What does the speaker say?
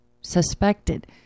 suspected